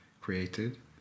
created